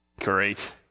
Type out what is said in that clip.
Great